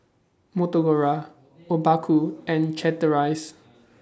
Motorola Obaku and Chateraise